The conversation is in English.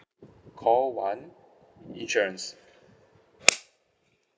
call one insurance